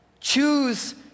Choose